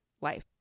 life